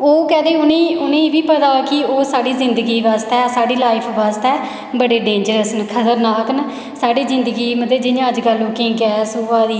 ओह् उ'नेंगी उ'नेंगी बी पता ऐ कि ओह् साढ़ी जिंदगी बास्तै साढ़ी लाईफ बास्तै बड़े डेंजरस न खतरनाक न साढ़ी जिन्दगी मतलब जियां अज्ज कल लोकें गी गैस होआ दी